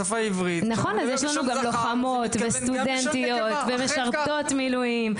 יש לוחמות וסטודנטיות, ומשרתות מילואים.